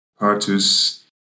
Partus